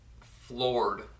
floored